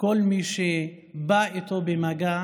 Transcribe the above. כל מי שבא איתו במגע